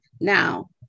Now